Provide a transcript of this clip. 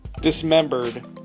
dismembered